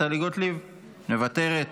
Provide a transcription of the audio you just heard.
מוותרת,